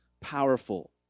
powerful